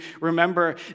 remember